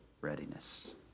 readiness